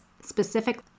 specific